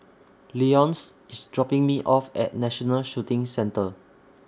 Leonce IS dropping Me off At National Shooting Centre